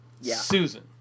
Susan